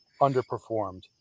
underperformed